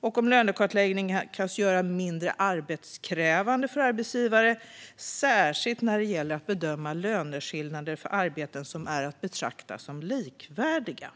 och om de kan göras mindre arbetskrävande för arbetsgivare, särskilt när det gäller att bedöma löneskillnader för arbeten som är att betrakta som likvärdiga.